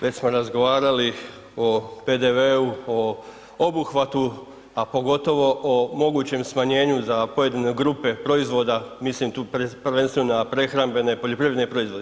Već smo razgovarali o PDV-u o obuhvatu, a pogotovo o mogućem smanjenju za pojedine grupe proizvoda, mislim tu prvenstveno na prehrambene poljoprivredne proizvode.